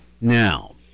Now